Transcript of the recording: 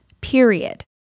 period